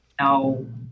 no